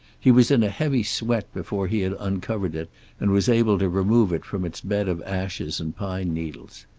he was in a heavy sweat before he had uncovered it and was able to remove it from its bed of ashes and pine needles.